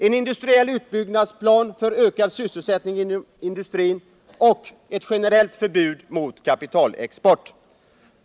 En industriell utbyggnadsplan för ökad sysselsättning inom industrin behövs. Och ett generellt förbud mot kapitalexport bör införas.